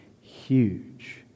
huge